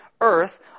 Earth